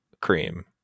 cream